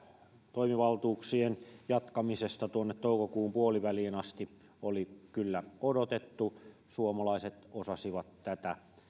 toimivaltuuksien jatkamisesta tuonne toukokuun puoliväliin asti oli kyllä odotettu suomalaiset osasivat tätä